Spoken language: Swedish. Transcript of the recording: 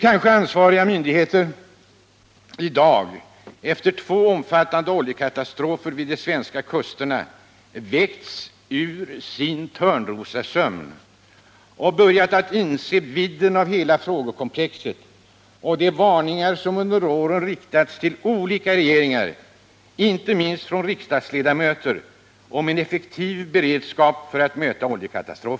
Kanske ansvariga myndigheter i dag, efter två omfattande oljekatastrofer vid de svenska kusterna, har väckts ur sin Törnrosasömn och börjat inse vidden av hela frågekomplexet och de varningar som under åren riktats till olika regeringar, inte minst från riksdagsledamöter, om en effektiv beredskap för att möta oljekatastrofer.